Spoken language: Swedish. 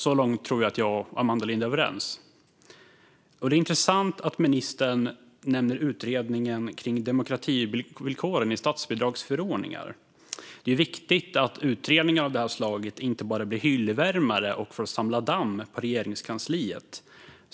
Så långt tror jag att jag och Amanda Lind är överens. Det är intressant att ministern nämner utredningen om demokrativillkoren i statsbidragsförordningar. Det är viktigt att utredningar av det slaget inte bara blir hyllvärmare och får samla damm på Regeringskansliet.